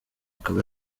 akaba